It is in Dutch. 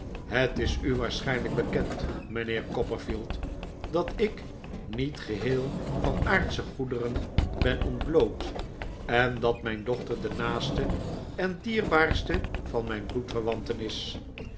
het is u waarschijnlijk bekend mijnheer copperfield dat ik niet geheel van aardsche goederen ben ontbloot en dat mijn dochter de naaste en dierbaarste van mijn bloedverwanten is